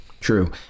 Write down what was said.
true